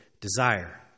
desire